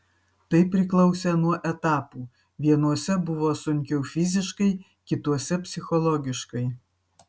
tai priklausė nuo etapų vienuose buvo sunkiau fiziškai kituose psichologiškai